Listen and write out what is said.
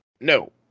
No